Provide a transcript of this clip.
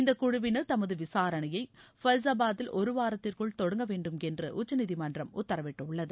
இந்த குழுவினர் தமது விசாரணையை ஃபைசாபாதில் ஒரு வாரத்திற்குள் தொடங்க வேண்டுமென்று உச்சநீதிமன்றம் உத்தரவிட்டுள்ளது